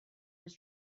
his